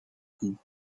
coup